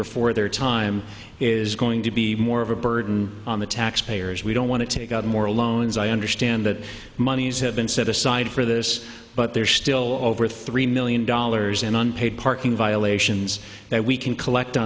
before their time is going to be more of a burden on the taxpayers we don't want to take out more loans i understand that monies have been set aside for this but there's still over three million dollars in unpaid parking violations that we can collect